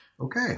Okay